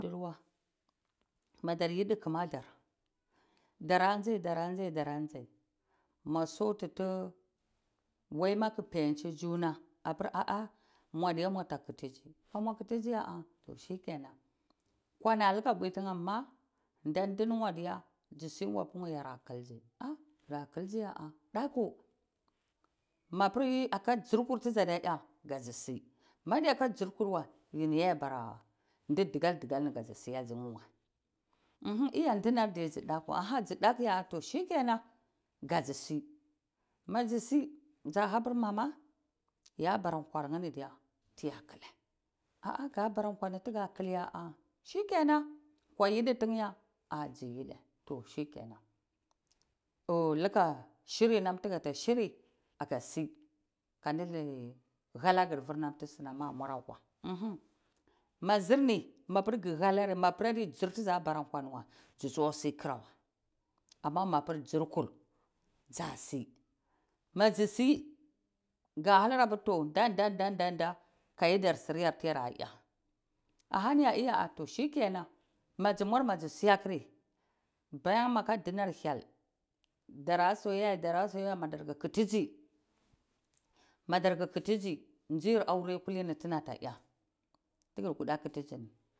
Madar yidi kumadar dara nzai daranjai dara nzai ma sotutu waima kufayince juna apir ah ah mwadiya mwada kitiyi muatitijya ah shikenan kwani atiga pwi tine ma nda ndini di dzi singwa apir ngwa yara kuldzi gura kuloziya a daku toh apir mapir aka chirkur tiglzaya kadzi si mdadi ya aka nzirkur wai yini yadiya barawai ka oldi digal digal ni kadzisi ah dzine wai iya ndini ar diye dzi daku dzi daku ya toh shikenan gadzi si madzi si dza hapir mama yabara kwar nhe ni diya biya kile ah ah ga bara kwana tiga kil ya toh shikenan kwa yidi tine ya a dziyide toh shiken toh lika shiri nam tigata shiri aga si kandi halagir vir ram tin sunan a muarakwa mazirni mapiradi dzir tiza bara kwani wal du tsu asi kira wai amamapir dirku dzagi madzisi ga hanar apir ndah ndah ndah kayidar sir yar tiyarada ya ahaniya iya toh shikenan madzi mur madzi siyakiri baname aka dinar hyel dara soyaya dara soyaya ma dar dza kitidzi nzir aure kulini tida raya tigir kuda kitizini